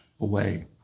away